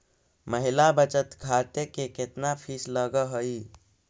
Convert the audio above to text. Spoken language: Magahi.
महिला बचत खाते के केतना फीस लगअ हई